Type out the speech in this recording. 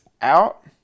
out